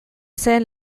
zen